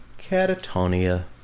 catatonia